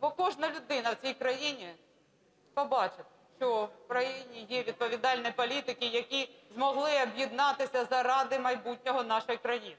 Бо кожна людина в цій країні побачить, що в Україні є відповідальні політики, які змогли об'єднатися заради майбутнього нашої країни.